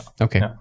Okay